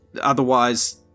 otherwise